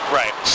right